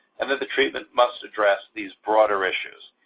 and then the treatment must address these broader issues.